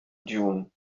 dune